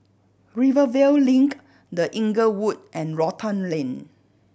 Rivervale Link The Inglewood and Rotan Lane